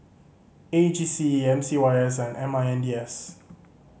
A G C M C Y S and M I N D S